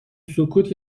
سکوت